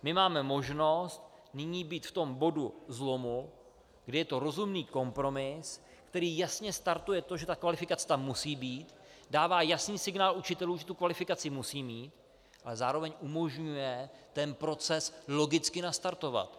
My máme možnost nyní být v tom bodu zlomu, je to rozumný kompromis, který jasně startuje to, že ta kvalifikace tam musí být, dává jasný signál učitelům, že tu kvalifikaci musí mít, ale zároveň umožňuje ten proces logicky nastartovat.